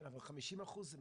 כן, אבל 50% זה